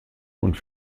und